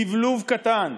לבלוב קטן.